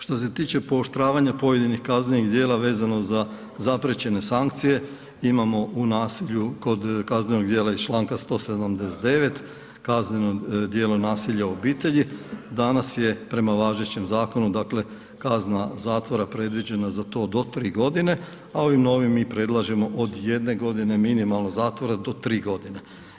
Što se tiče pooštravanja pojedinih kaznenih djela vezano za zapriječene sankcije, imamo u nasilju kod kazneno djela iz čl. 179. kazneno djelo nasilje u obitelji, danas je prema važećem zakonu dakle kazna zatvora predviđena za to do 3 g. a ovim novim mi predlažemo od 1 g. minimalno zatvora do 3 godine.